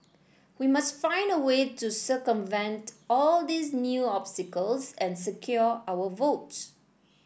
we must find a way to circumvent all these new obstacles and secure our votes